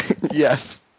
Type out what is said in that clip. Yes